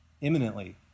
imminently